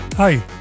Hi